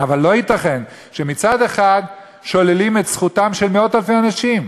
אבל לא ייתכן שמצד אחד שוללים את זכותם של מאות-אלפי אנשים,